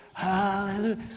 Hallelujah